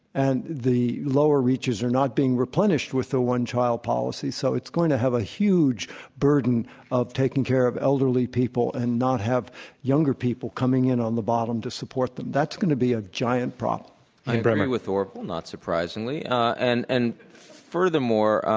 and the lower reaches are not being replenished with the one-child policy, so it's going to have a huge burden of taking care of elderly people and not have younger people coming in on the bottom to support them. that's going to be a giant problem. i agree with orville, not surprisingly. and and furthermore,